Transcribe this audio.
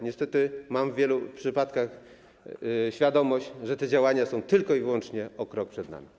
Niestety mam w wielu przypadkach świadomość, że te działania są tylko i wyłącznie o krok przed nami.